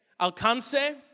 Alcance